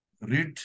read